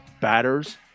Batters